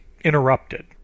interrupted